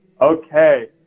Okay